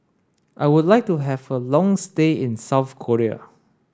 I would like to have a long stay in South Korea